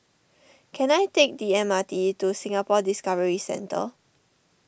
can I take the M R T to Singapore Discovery Centre